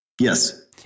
Yes